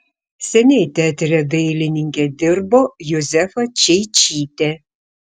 seniai teatre dailininke dirbo juzefa čeičytė